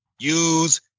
Use